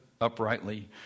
uprightly